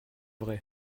vrai